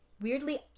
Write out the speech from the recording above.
weirdly